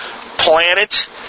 planet